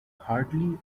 hardly